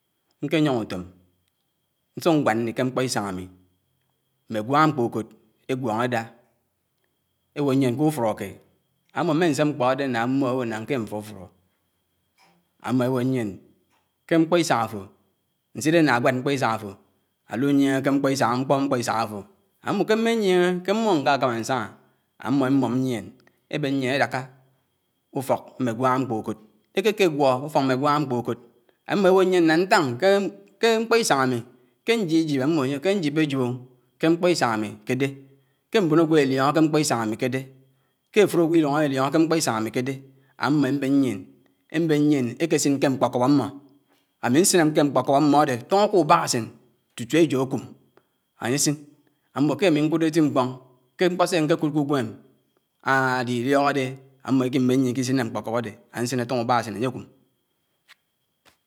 Ñkéyóñ ùtòm, ñsùk ñvwàd nní ké mkpó ísáñ ámí, mmé gwáñá mkpóñkòd égwóñó édà, éwò ñyién k’ùfùróké, ámmò mésémkpó ádé ná ámmó éwò ná ñké fùfùró? ámmò éwò ñyíé ké mkpó ísáñ áfò, ñsídé nà ágwád mkpò ísáñ áfò awù yíéñké mkpò ísáñ mkpò mkpò isan áfò, ámmò ké méyíéñé kẹ mmò ñkàkàmà ñṣàñá, ámmó émùm ñyíen, ébén ñyíen édáká ùfók mmégwáñá mkpóùkòd, ékékégwó ùfók mmé gwàñámkpóùkòd, ámmò éwonyién lá ñtáñ ké mkpó iṣàn àmí ke nji jib ámmò ányé ké ñjiɓéjíbò ké mkpò ísáñ ámí kèdé, ké mbòn àgwò èlim̃ò ké mkpó ísàñ àmì kédé, ké áfùd ílùñ élíñò ké mkpò ìsàñ ámì kèdè, kè mbòn àgwò èliñò ké mkpò ísàñ amì kèdè, kè áfùd ílùñ elìóñó kè mkpò isàñ ámì kèdè, ámmò émbén ñyién, émbén ñyién èkèsín kè mkpókob ámmò, ámí ñsìné kè mkpókób àmmò dé tùñò k’ùbàkásèn tutù éjò àkùm, àyésèn àmmò kèmì ñkùdé ètimkpó, kè mkpó sè à ñké kùd k’ùwémem ámmò ìkì mmèn ñyièn íkisín kè mkpòkòb àdè ánsíné tuñò ùbákàsèn ànyékúm.